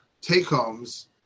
take-homes